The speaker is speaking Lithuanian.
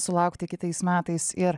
sulaukti kitais metais ir